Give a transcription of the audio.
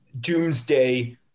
doomsday